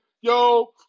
Yo